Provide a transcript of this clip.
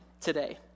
today